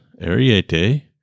Ariete